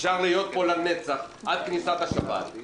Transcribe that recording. אפשר להיות פה לנצח עד כניסת השבת.